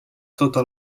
totes